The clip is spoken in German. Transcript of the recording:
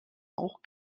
auch